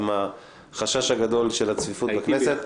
על החשש הגדול מפני הצפיפות בכנסת,